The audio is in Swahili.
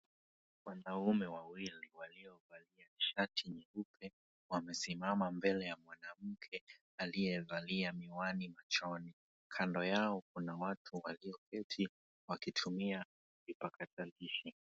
Wanaume wawili waliovalia shati nyeupe wamesimama mbele ya mwanamke aliyevalia miwani machoni, kando yao kuna watu walioketi wakitumia vipakatalishi.